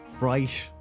Right